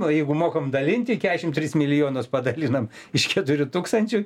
o jeigu mokam dalinti keturiasdešim tris milijonus padalinam iš keturių tūkstančių